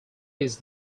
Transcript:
his